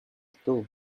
too